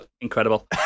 incredible